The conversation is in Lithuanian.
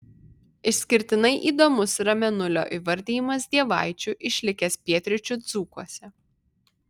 išskirtinai įdomus yra mėnulio įvardijimas dievaičiu išlikęs pietryčių dzūkuose